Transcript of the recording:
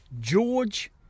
George